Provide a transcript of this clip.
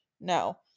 No